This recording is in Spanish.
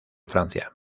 francia